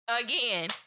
Again